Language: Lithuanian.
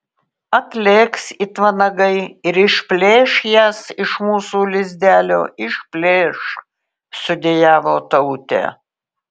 atlėks it vanagai ir išplėš jas iš mūsų lizdelio išplėš sudejavo tautė